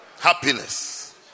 Happiness